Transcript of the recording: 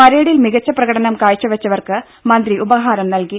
പരേഡിൽ മികച്ച പ്രകടനം കാഴ്ച വെച്ചവർക്ക് മന്ത്രി ഉപഹാരം നൽകി